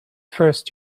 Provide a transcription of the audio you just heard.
first